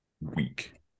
week